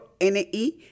N-I